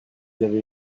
avez